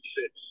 six